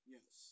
Yes